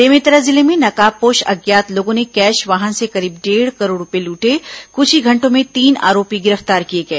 बेमेतरा जिले में नकाबपोश अज्ञात लोगों ने कैश वाहन से करीब डेढ़ करोड़ रूपये लूटे कुछ ही घंटों में तीन आरोपी गिरफ्तार किए गए